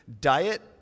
Diet